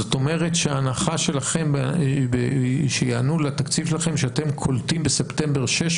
זאת אומרת שההנחה שלכם שאתם קולטים בספטמבר 600